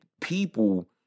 People